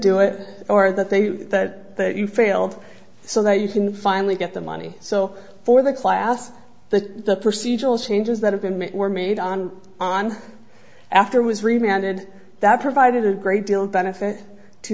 do it or that they think that you failed so that you can finally get the money so for the class that the procedural changes that have been made were made on after was reminded that provided a great deal of benefit to